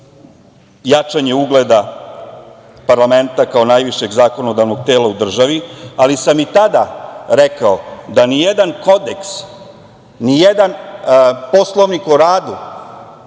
jačanje ugleda parlamenta kao najvišeg zakonodavnog tela u državi, ali sam i tada rekao da ni jedan Kodeks, ni jedan Poslovnik o radu